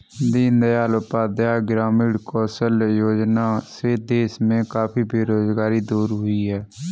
दीन दयाल उपाध्याय ग्रामीण कौशल्य योजना से देश में काफी बेरोजगारी दूर हुई है